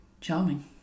Charming